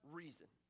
reason